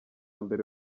mbere